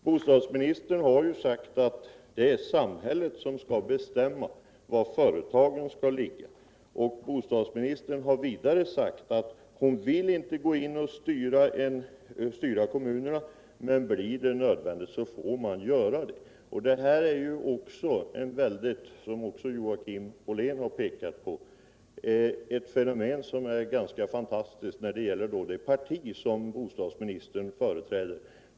Bostadsministern har ju sagt att samhället skall bestämma var företagen skall ligga. Bostadsministern har vidare sagt att hon inte vill gå in och styra kommunerna, men blir det nödvändigt får man göra det. Detta är — vilket också Joakim Ollén pekade på — ett ganska fantastiskt fenomen för att gälla det parti som bostadsministern företräder.